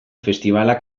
festibalak